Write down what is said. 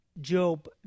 Job